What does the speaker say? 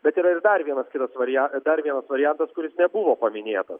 bet yra ir dar vienas kitas varia dar vienas variantas kuris nebuvo paminėtas